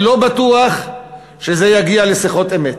אני לא בטוח שזה יגיע לשיחות אמת.